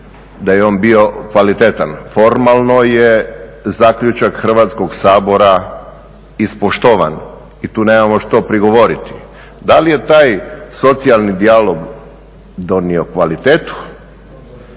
da je on bio kvalitetan. Formalno je zaključak Hrvatskog sabora ispoštovan i tu nemamo što prigovoriti. Da li je taj socijalni dijalog donio kvalitetu?